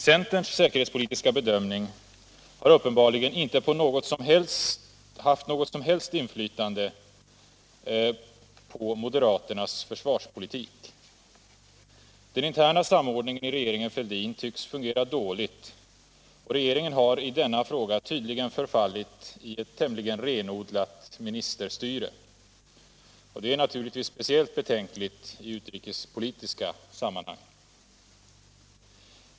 Centerns säkerhetspolitiska bedömning har uppenbarligen inte något som helst inflytande på moderaternas försvarspolitik. Den interna samordningen i regeringen Fälldin tycks fungera dåligt, och regeringen har i denna fråga tydligen förfallit i ett tämligen renodlat ministerstyre. Det är naturligtvis speciellt betänkligt i utrikespolitiska sammanhang.